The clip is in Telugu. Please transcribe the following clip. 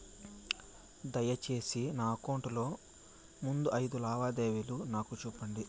దయసేసి నా అకౌంట్ లో ముందు అయిదు లావాదేవీలు నాకు చూపండి